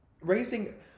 Raising